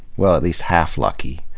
well at least half lucky.